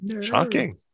shocking